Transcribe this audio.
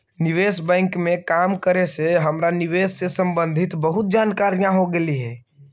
निवेश बैंक में काम करे से हमरा निवेश से संबंधित बहुत जानकारियाँ हो गईलई हे